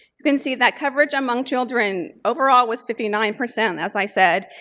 you can see that coverage among children overall was fifty nine percent as i said.